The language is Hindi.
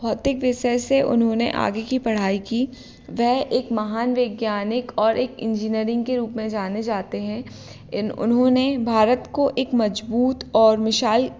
भौतिक विषय से उन्होंने आगे की पढ़ाई की वह एक महान वैज्ञानिक और एक इंजीनियरिंग के रूप में जाने जाते हैं उन्होंने भारत को एक मज़बूत और विशाल